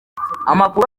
amakuru